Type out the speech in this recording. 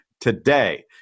today